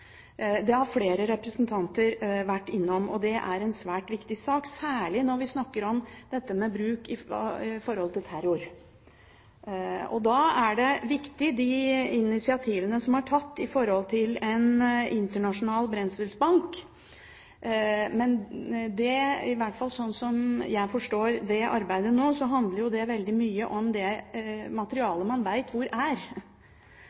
Det har flere representanter vært innom, og det er en svært viktig sak, særlig når vi snakker om dette med bruk i forhold til terror. Initiativene som er tatt til en internasjonal brenselsbank, er viktige, men sånn som jeg forstår det arbeidet nå, handler det veldig mye om det